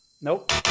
Nope